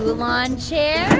lawn chairs